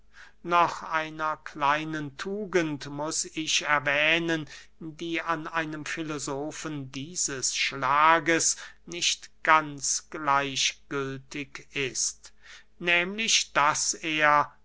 noch einer kleinen tugend muß ich erwähnen die an einem filosofen dieses schlages nicht ganz gleichgültig ist nehmlich daß er